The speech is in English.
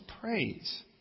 praise